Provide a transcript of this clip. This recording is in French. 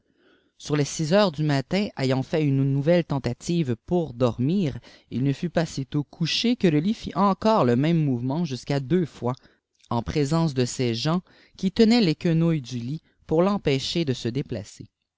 sur les six heures dii matin âynt fait line iiolnelle ifentàtivé pour dorrairj il ne fut pas feit ut couche tjusé le lit fit encore le même mouvement jusfïii'à deuk ftiîs eti prëliteé de feèsgèns qui teiiaieiil les quenouilles du lii poui rémïfêifhèlf de se déplacer